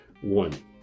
One